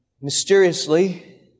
Mysteriously